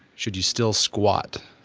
should you still squat?